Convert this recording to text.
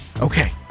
Okay